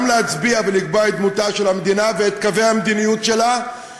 גם להצביע ולקבוע את דמותה של המדינה ואת קווי המדיניות שלה,